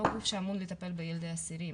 הם לא גוף שאמור לטפל בילדי אסירים.